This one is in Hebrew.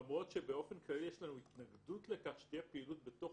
למרות שבאופן כללי יש לנו התנגדות לכך שתהיה פעילות בתוך